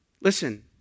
Listen